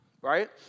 Right